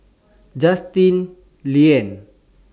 Justin Lean